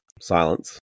silence